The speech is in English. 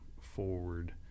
forward